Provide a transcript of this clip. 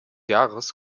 jahres